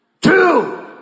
two